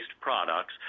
products